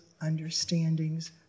understandings